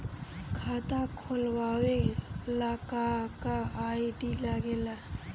खाता खोलवावे ला का का आई.डी लागेला?